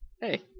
Hey